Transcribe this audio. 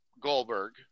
Goldberg